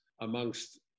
amongst